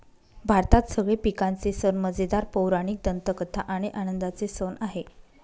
भारतात सगळे पिकांचे सण मजेदार, पौराणिक दंतकथा आणि आनंदाचे सण आहे